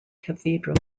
cathedral